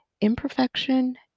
imperfection